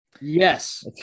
Yes